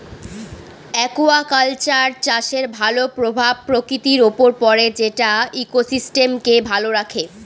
aquaculture চাষের ভালো প্রভাব প্রকৃতির উপর পড়ে যেটা ইকোসিস্টেমকে ভালো রাখে